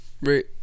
right